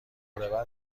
بعد